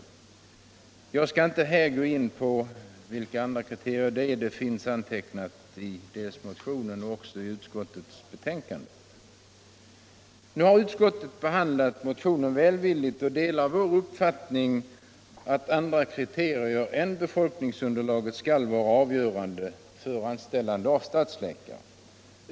Jag skall inte här gå in på vilka andra kriterier det kan vara fråga om, eftersom detta finns angivet dels i motionen, dels i utskottets betänkande. Nu har utskottet behandlat motionen välvilligt och delar vår uppfattning, att andra kriterier än befolkningsunderlaget skall vara avgörande för anställande av stadsläkare.